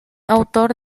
autor